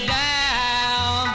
down